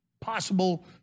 possible